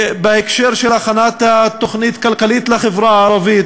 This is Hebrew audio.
בהקשר של הכנת תוכנית כלכלית לחברה הערבית,